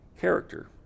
Character